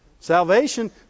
Salvation